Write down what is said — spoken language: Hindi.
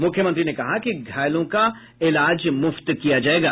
मुख्यमंत्री ने कहा कि घायलों का इलाज मुफ्त किया जायेगा